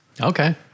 Okay